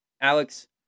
Alex